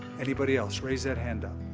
anybody else? raise that hand up.